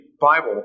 Bible